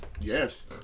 Yes